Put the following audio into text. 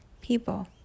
People